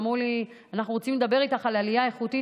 ואמרו לי: אנחנו רוצים לדבר איתך על עלייה איכותית,